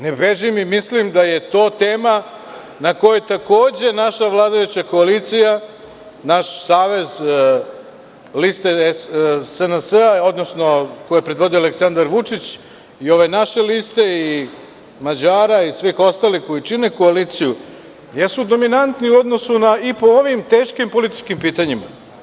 Ne bežim i mislim da je to tema na kojoj takođe naša vladajuća koalicija, naš savez, lista koju je predvodio Aleksandar Vučić i ova naša lista i Mađari i svi ostali koji čine koaliciju jesu dominantni i po ovim teškim političkim pitanjima.